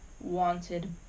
wanted